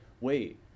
wait